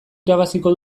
irabaziko